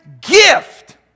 gift